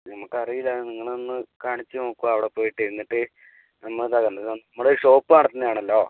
നമുക്കറിയില്ലായിരുന്നു നിങ്ങളന്ന് കാണിച്ച് നോക്കുക അവിടെ പോയിട്ട് എന്നിട്ട് നമ്മുടെ നമ്മൾ ഷോപ്പ് നടത്തുന്നതാണല്ലോ